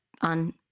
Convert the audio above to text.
on